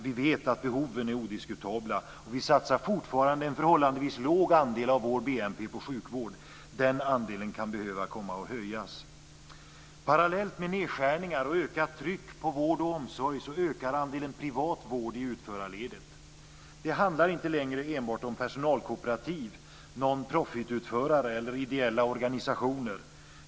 Vi vet att behoven är odiskutabla. Vi satsar fortfarande en förhållandevis låg andel av vår BNP på sjukvård. Den andelen kan behöva komma att höjas. Parallellt med nedskärningar och ökat tryck på vård och omsorg ökar andelen privat vård i utförarledet. Det handlar inte längre enbart om personalkooperativ, non profit-utförare eller ideella organisationer.